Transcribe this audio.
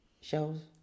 shows